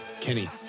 Kenny